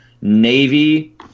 navy